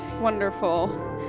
Wonderful